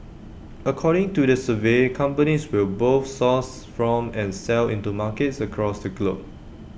according to the survey companies will both source from and sell into markets across the globe